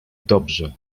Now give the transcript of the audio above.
dobrze